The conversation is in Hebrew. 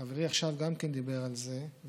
וחברי עכשיו גם כן דיבר על זה,